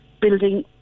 building